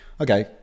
Okay